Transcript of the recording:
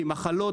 כי מחלות,